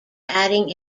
adding